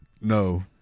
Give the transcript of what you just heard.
no